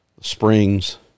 Springs